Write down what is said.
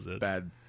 bad